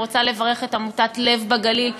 אני רוצה לברך את עמותת "לב בגליל",